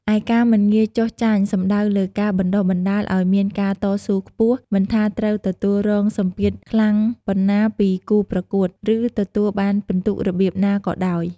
ឯការមិនងាយចុះចាញ់សំដៅលើការបណ្ដុះបណ្ដាលឲ្យមានការតស៊ូខ្ពស់ មិនថាត្រូវទទួលរងសម្ពាធខ្លាំងប៉ុណ្ណាពីគូប្រកួត ឬទទួលបានពិន្ទុរបៀបណាក៏ដោយ។